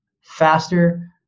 faster